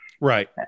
Right